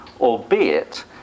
albeit